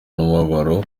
n’umubabaro